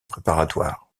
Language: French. préparatoire